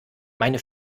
meine